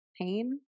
pain